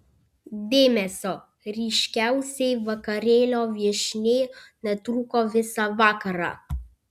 dėmesio ryškiausiai vakarėlio viešniai netrūko visą vakarą